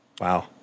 Wow